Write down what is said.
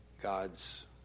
God's